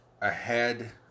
ahead